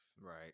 Right